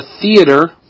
theater